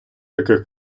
таких